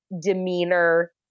demeanor